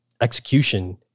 execution